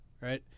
Right